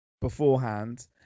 beforehand